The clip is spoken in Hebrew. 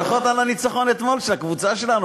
ברכות על הניצחון אתמול של הקבוצה שלנו,